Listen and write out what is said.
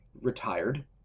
retired